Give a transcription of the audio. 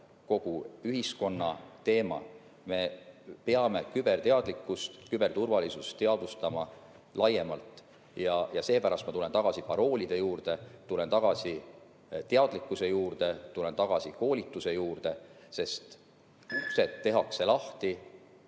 kogu ühiskonna teema. Me peame küberteadlikkust, küberturvalisust laiemalt teadvustama. Seepärast tulen tagasi paroolide juurde, tulen tagasi teadlikkuse juurde, tulen tagasi koolituse juurde, sest uksed tehakse lahti